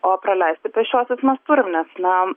o praleisti pėsčiuosius mes turim nes na